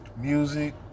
Music